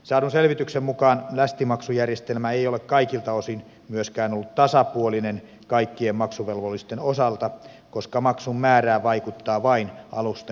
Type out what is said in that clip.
saadun selvityksen mukaan lästimaksujärjestelmä ei ole kaikilta osin myöskään ollut tasapuolinen kaikkien maksuvelvollisten osalta koska maksun määrään vaikuttaa vain alusten koko